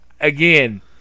again